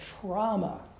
trauma